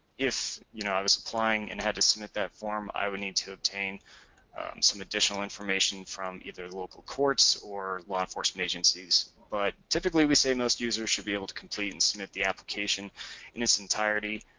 if, you know, i was applying and had to submit that form, i would need to obtain some additional information from either local courts or law enforcement agencies. but typically we say most users should be able to complete and submit the application in its entirety,